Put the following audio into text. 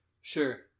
Sure